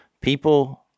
People